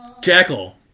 Jackal